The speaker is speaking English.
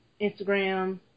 Instagram